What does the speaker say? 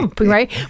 right